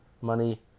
Money